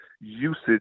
usage